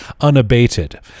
unabated